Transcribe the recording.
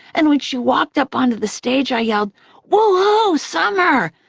and when she walked up onto the stage, i yelled woo-hoo, summer!